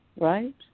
right